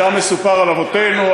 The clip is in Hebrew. שם מסופר על אבותינו,